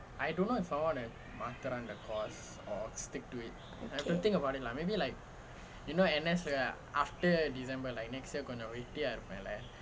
okay